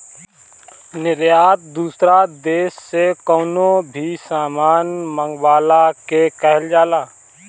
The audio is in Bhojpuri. निर्यात दूसरा देस से कवनो भी सामान मंगवला के कहल जाला